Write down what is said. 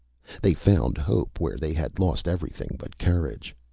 they found hope, where they had lost everything but courage.